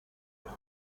مونم